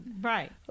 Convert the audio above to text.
Right